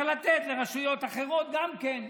צריך לתת לרשויות אחרות גם כן,